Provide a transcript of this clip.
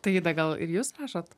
taida gal ir jūs rašot